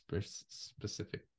specific